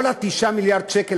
כל 9 מיליארד השקל,